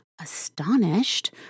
astonished